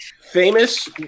Famous